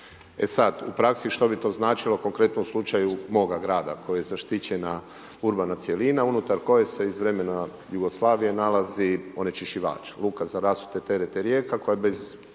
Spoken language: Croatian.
E sada, u praski što bi to značilo, u konkretnom slučaju, moga grada, koji je zaštićena urbana cjelina, unutar koje se iz vremena Jugoslavije nalazi onečišćivač. Luka za …/Govornik se ne